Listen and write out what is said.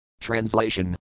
Translation